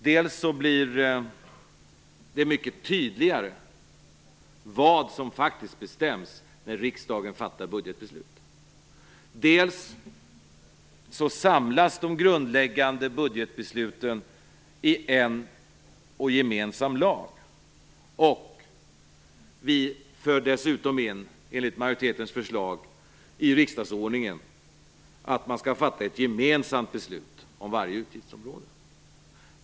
Dels blir det mycket tydligare vad som faktiskt bestäms när riksdagen fattar budgetbeslut, dels samlas de grundläggande budgetbesluten i en gemensam lag och dels för vi dessutom enligt majoritetens förslag in i riksdagsordningen att man skall fatta ett gemensamt beslut om varje utgiftsområde.